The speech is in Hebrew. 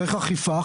צריך אכיפה,